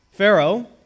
Pharaoh